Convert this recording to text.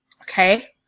Okay